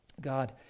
God